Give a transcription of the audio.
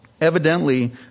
evidently